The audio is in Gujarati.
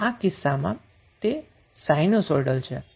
આ કિસ્સામાં તે સાઇનુસોઈડીયલ છે